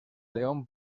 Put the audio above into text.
león